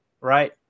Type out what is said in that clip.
right